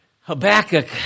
Habakkuk